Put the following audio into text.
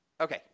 Okay